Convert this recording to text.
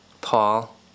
Paul